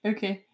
Okay